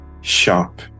sharp